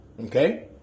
okay